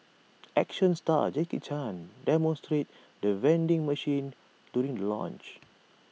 action star Jackie chan demonstrates the vending machine during the launch